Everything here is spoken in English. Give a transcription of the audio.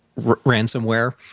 ransomware